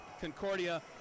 Concordia